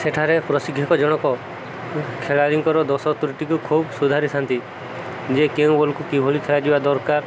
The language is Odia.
ସେଠାରେ ପ୍ରଶିକ୍ଷକ ଜଣକ ଖେଳାଳିଙ୍କର ଦୋଷ ତୃଟିକୁ ଖୁବ ସୁଧାରିଥାନ୍ତି ଯେ କେଉଁ ବଲକୁ କିଭଳି ଖେଳାଯିବା ଦରକାର